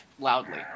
loudly